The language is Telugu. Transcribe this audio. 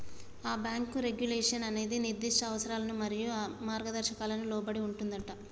ఆ బాంకు రెగ్యులేషన్ అనేది నిర్దిష్ట అవసరాలు మరియు మార్గదర్శకాలకు లోబడి ఉంటుందంటా